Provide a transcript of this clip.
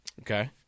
Okay